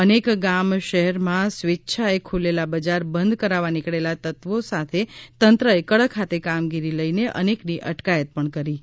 અનેક ગામ શહેરમાં સ્વેચ્છાએ ખુલેલા બજાર બંધ કરાવવા નીકળેલા તત્વી સાથે તંત્રએ કડક હાથે કામ લઈ અનેકની અટકાયત કરી છે